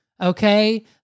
okay